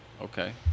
Okay